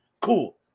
Cool